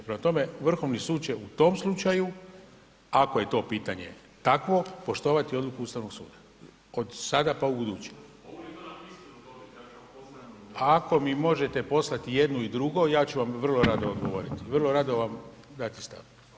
Prema tome, Vrhovni sud će u tom slučaju ako je to pitanje takvo, poštovati odluku Ustavnog suda od sada pa ubuduće. … [[Upadica sa strane, ne razumije se.]] Ako mi možete poslati jedno i drugo, ja ću vam vrlo rado odgovoriti, vrlo rado vam dati stav.